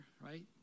right